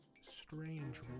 Strange